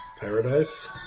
Paradise